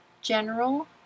general